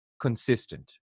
consistent